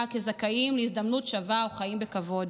כזכאים להזדמנות שווה או חיים בכבוד.